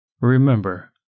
Remember